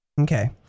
okay